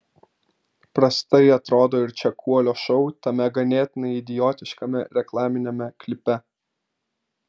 prastai atrodo ir čekuolio šou tame ganėtinai idiotiškame reklaminiame klipe